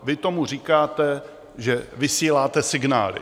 Vy tomu říkáte, že vysíláte signály.